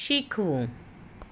શીખવું